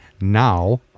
Now